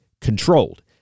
controlled